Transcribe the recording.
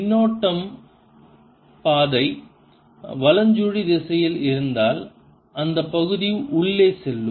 மின்னோட்டம் பாதை வலஞ்சுழி திசையில் இருந்தால் அந்த பகுதி உள்ளே செல்லும்